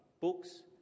books